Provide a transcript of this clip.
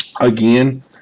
again